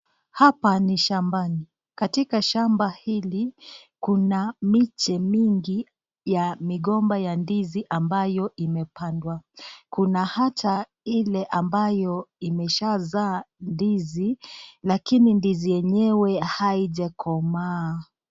Hapa ni shambani. Katika shamba hili, kuna miti mingi ya migomba ya ndizi ambayo imepandwa. Kuna hata ile ambayo imeshazaa ndizi, lakini ndizi yenyewe haijakomaa.